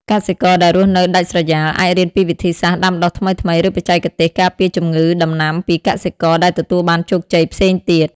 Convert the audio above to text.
កសិករដែលរស់នៅដាច់ស្រយាល អាចរៀនពីវិធីសាស្ត្រដាំដុះថ្មីៗ ឬបច្ចេកទេសការពារជំងឺដំណាំពីកសិករដែលទទួលបានជោគជ័យផ្សេងទៀត។